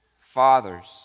Fathers